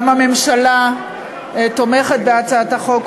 גם הממשלה תומכת בהצעת החוק,